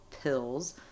pills